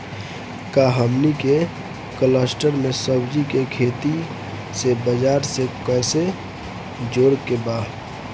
का हमनी के कलस्टर में सब्जी के खेती से बाजार से कैसे जोड़ें के बा?